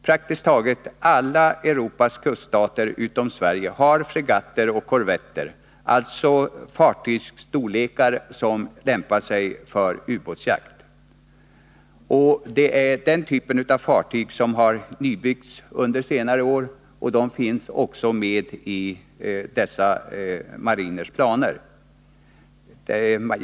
Praktiskt taget alla Europas kuststater utom Sverige har fregatter och korvetter, alltså fartyg av storlekar som lämpar sig för ubåtsjakt. Det är den typen av fartyg som har nybyggts under senare år. De finns också med i dessa mariners planer.